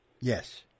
Yes